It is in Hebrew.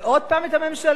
ועוד פעם הממשלה,